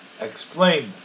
explained